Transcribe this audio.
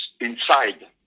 inside